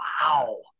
wow